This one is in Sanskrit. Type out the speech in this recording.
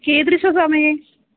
कीदृशसमये